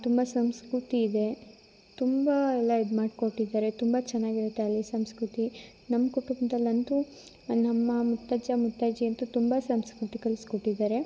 ತುಂಬ ಸಂಸ್ಕೃತಿ ಇದೆ ತುಂಬ ಎಲ್ಲ ಇದು ಮಾಡಿಕೊಟ್ಟಿದಾರೆ ತುಂಬ ಚೆನ್ನಾಗಿರತ್ತೆ ಅಲ್ಲಿದು ಸಂಸ್ಕೃತಿ ನಮ್ಮ ಕುಟುಂಬದಲಂತು ನಮ್ಮ ಮುತ್ತಜ್ಜ ಮುತ್ತಜ್ಜಿ ಅಂತು ತುಂಬ ಸಂಸ್ಕೃತಿ ಕಲಿಸ್ಕೊಟ್ಟಿದ್ದಾರೆ